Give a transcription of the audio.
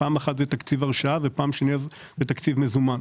הן תקציב הרשאה והן תקציב מזומן.